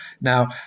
now